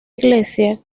iglesia